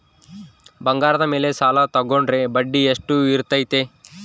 ಬಂಗಾರದ ಮೇಲೆ ಸಾಲ ತೋಗೊಂಡ್ರೆ ಬಡ್ಡಿ ಎಷ್ಟು ಇರ್ತೈತೆ?